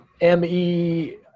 M-E